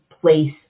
place